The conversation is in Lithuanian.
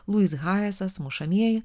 lujis hajesas mušamieji